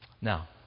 Now